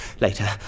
Later